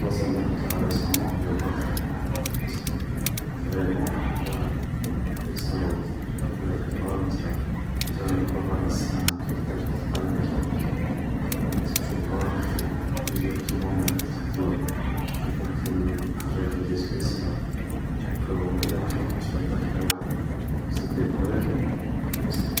بلاصا اللي رحتها ريسامون هي الغار نتاع بني عاد هنا في تلمسان, و فريمون حاجة ايكستراؤوردينار, كي تدخله لهاداك الغار نتا, ديجا برا راها سخانة تدخل الداخل تلقى البرد, تزيد تشوف غار فيه بلوزيور كيلوميتر تحت الأرض, تشوف واحد لحجر جاي سبيسيال, دونك و عنده واحد لاطموسفار داخل جاية قاع وحدها, دونك سيتي فريمون اكسترا